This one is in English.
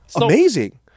Amazing